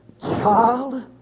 Child